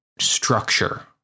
structure